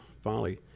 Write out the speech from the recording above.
Folly